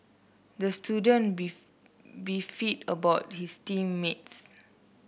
the student beef beefed about his team mates